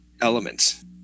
elements